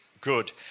good